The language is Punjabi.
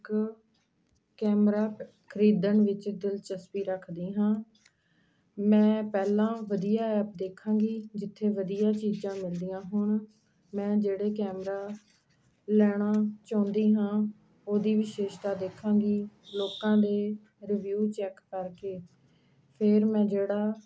ਕ ਕੈਮਰਾ ਖਰੀਦਣ ਵਿੱਚ ਦਿਲਚਸਪੀ ਰੱਖਦੀ ਹਾਂ ਮੈਂ ਪਹਿਲਾਂ ਵਧੀਆ ਐਪ ਦੇਖਾਂਗੀ ਜਿੱਥੇ ਵਧੀਆ ਚੀਜ਼ਾਂ ਮਿਲਦੀਆਂ ਹੋਣ ਮੈਂ ਜਿਹੜੇ ਕੈਮਰਾ ਲੈਣਾ ਚਾਹੁੰਦੀ ਹਾਂ ਉਹਦੀ ਵਿਸ਼ੇਸ਼ਤਾ ਦੇਖਾਂਗੀ ਲੋਕਾਂ ਦੇ ਰਿਵਿਊ ਚੈੱਕ ਕਰਕੇ ਫਿਰ ਮੈਂ ਜਿਹੜਾ